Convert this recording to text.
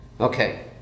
Okay